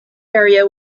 area